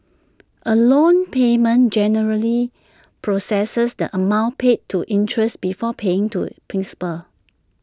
A loan payment generally processes the amount paid to interest before paying to principal